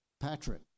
Patrick